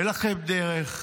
אין לכם דרך,